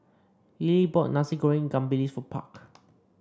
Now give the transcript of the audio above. Lillie bought Nasi Goreng Ikan Bilis for Park